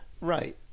Right